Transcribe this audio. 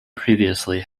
previously